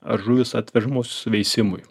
ar žuvys atvežamos veisimui